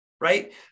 right